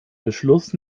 beschluss